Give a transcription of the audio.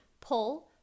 pull